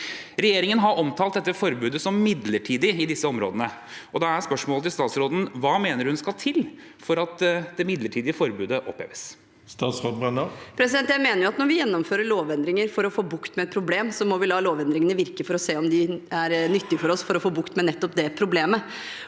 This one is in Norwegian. Regjeringen har omtalt dette forbudet som midlertidig i disse områdene, og da er spørsmålet til statsråden: Hva mener hun skal til for at det midlertidige forbudet oppheves? Statsråd Tonje Brenna Jeg mener at når vi gjennomfører lovendringer for å få bukt med et problem, må vi la lovendringene virke for å se om de er nyttige for oss for å få bukt med nettopp det problemet.